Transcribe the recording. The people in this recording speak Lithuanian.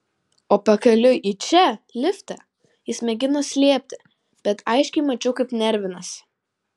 o pakeliui į čia lifte jis mėgino slėpti bet aiškiai mačiau kaip nervinasi